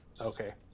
Okay